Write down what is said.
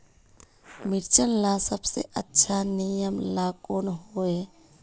मिर्चन ला सबसे अच्छा निर्णय ला कुन होई?